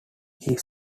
his